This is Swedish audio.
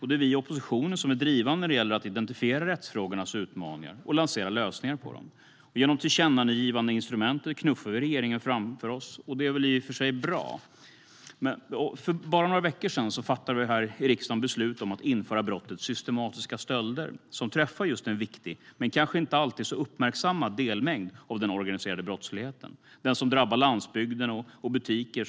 Det är vi i oppositionen som är drivande när det gäller att identifiera rättsfrågornas utmaningar och lansera lösningar på dem. Genom tillkännagivandeinstrumentet knuffar vi regeringen framför oss, och det är väl i och för sig bra. För bara några veckor sedan fattade vi här i riksdagen beslut om att införa brottet systematiska stölder. Det träffar en viktig men kanske inte alltid så uppmärksammad delmängd av den organiserade brottsligheten - den som drabbar landsbygden och butiker.